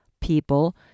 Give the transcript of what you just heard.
people